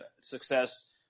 success